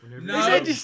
No